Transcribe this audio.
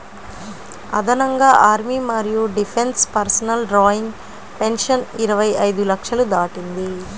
అదనంగా ఆర్మీ మరియు defence personnel drawing pension ఇరవై ఐదు లక్షలు దాటింది